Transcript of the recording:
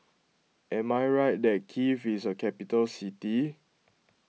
am I right that Kiev is a capital city